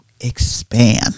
expand